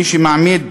מי שמעמיד